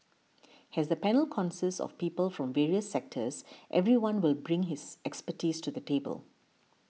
as the panel consists of people from various sectors everyone will bring his expertise to the table